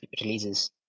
releases